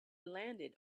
landed